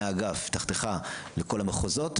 מהאגף תחתיך לכל המחוזות,